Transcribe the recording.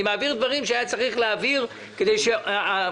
אני מעביר דברים שהיה צריך להעביר כדי שהמשפחות